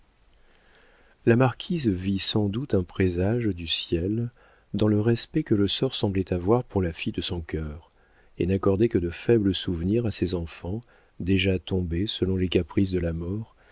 la marquise vit sans doute un présage du ciel dans le respect que le sort semblait avoir pour la fille de son cœur et n'accordait que de faibles souvenirs à ses enfants déjà tombés selon les caprices de la mort